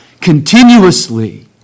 continuously